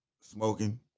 smoking